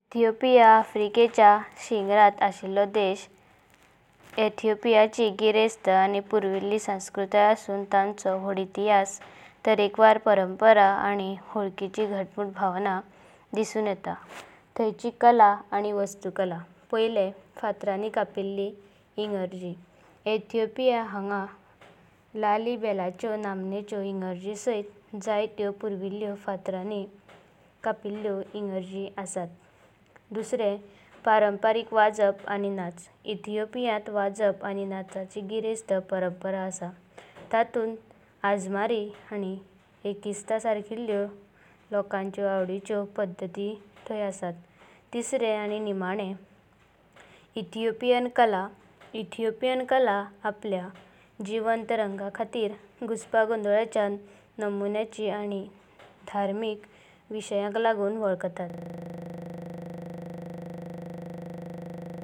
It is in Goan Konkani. इथिओपिया! आफ्रिकेच्या शिंगारांत अशिल्लो देशा इथिओपियाची गिरेस्ता। आनी पूर्विल्ली संस्कृतय असेना तिचो वडा इतिहास। तारकेवर परंपरा आनी वलखिची घाटमुत भावना दिसुना येता। थयांची कला आनी वास्तुकला। पायलें फतरांनि कपाळलीं इगरजी इथिओपिया हांगा लालीबेलाच्यो नामाणेच्यो इगरजी सयता। जायतयो पूर्वलयो फतरांनि कपाळल्यो इगरजी असता। दुसरे परंपरिक वाजप आनी नाच इथिओपियांता वाजपाची आनी नाचाची गिरेस्ता। परंपरा असा, ततुंत आजमरी आनी अस्किस्ट सारकिल्यो लोकांचा आवडीचो पद्धति असाता। तिसरे आनी निमणे इथिओपिओन कला इथिओपियाची कला आपल्य जीवंत रंगां खातीर। घुसपागोणलोचो नामुंयांचा आनी धार्मिक विषयांका लागुना वलखाताता।